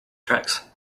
tracks